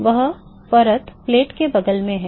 वह परतप्लेट के बगल में है